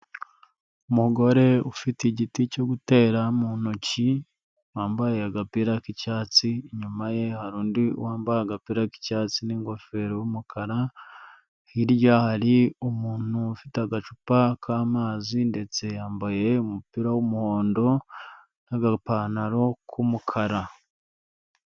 Umugore ufite igiti cyo gutera mu ntoki wambaye agapira k'icyatsi inyuma ye hari undi wambaye agapira k'icyatsi n'ingofero y'umukara hirya hari umuntu ufite agacupa k'amazi ndetse yambaye umupira w'umuhondo n'agapantaro k'umukara.